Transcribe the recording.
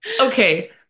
okay